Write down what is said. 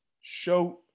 show